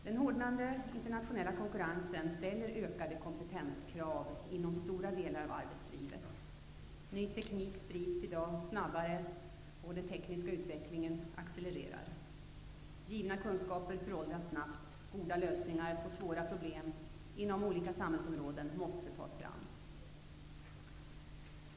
Den hårdnande internationella konkurrensen ställer ökade kompetenskrav inom stora delar av arbetslivet. Ny teknik sprids i dag snabbare och den tekniska utvecklingen accelererar. Givna kunskaper föråldras snabbt. Goda lösningar på svåra problem inom olika samhällsområden måste tas fram.